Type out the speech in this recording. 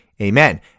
Amen